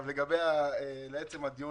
באיזה דרג